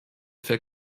für